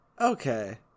Okay